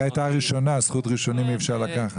היא הייתה הראשונה, זכות ראשונים אי אפשר לקחת.